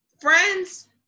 Friends